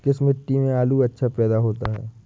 किस मिट्टी में आलू अच्छा पैदा होता है?